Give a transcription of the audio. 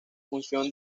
función